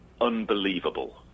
unbelievable